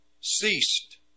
ceased